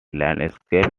landscape